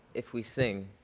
if we sing,